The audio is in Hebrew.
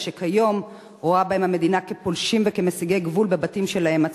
אלא שכיום המדינה רואה בהם פולשים ומסיגי גבול בבתים שלהם עצמם.